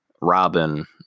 Robin